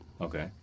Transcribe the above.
Okay